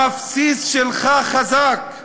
המפציץ שלך חזק.